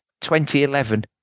2011